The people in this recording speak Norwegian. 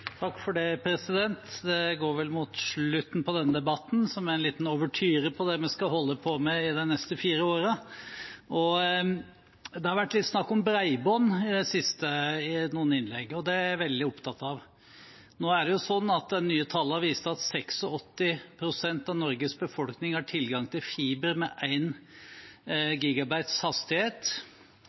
en liten ouverture til det vi skal holde på med i de neste fire årene. Det har vært litt snakk om bredbånd i noen innlegg, og det er jeg veldig opptatt av. Nå er det sånn at de nye tallene viste 86 pst. av Norges befolkning har tilgang til fiber med